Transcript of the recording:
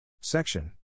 Section